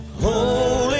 holy